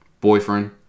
boyfriend